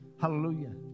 Hallelujah